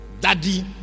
daddy